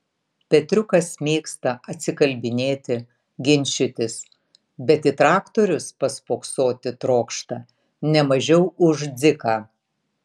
petriukas mėgsta atsikalbinėti ginčytis bet į traktorius paspoksoti trokšta ne mažiau už dziką